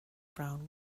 brown